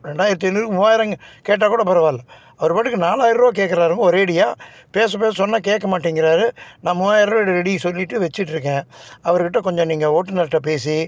ரெண்டாயிரத்து ஐந்நூறுக்கு மூவாயிரம் கேட்டால் கூட பரவாயில்லை அவர் பாட்டுக்கு நாலாயிரரூவா கேட்குறாருங்க ஒரேடியாக பேச பேச சொன்னால் கேட்க மாட்டேங்கிறாரு நான் மூவாயிரரூவா ரெடி சொல்லிட்டு வச்சிட்ருக்கேன் அவருக்கிட்ட கொஞ்சம் நீங்கள் ஓட்டுனர்கிட்ட பேசி